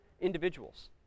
individuals